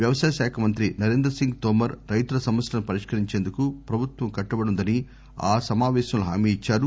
వ్యవసాయ శాఖ మంత్రి నరేంద్రసింగ్ తోమర్ రైతుల సమస్యలను పరిష్కరించేందుకు ప్రభుత్వం కట్టుబడి వుందని ఆ సమాపేశంలో హామీ ఇచ్చారు